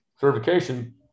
certification